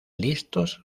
listos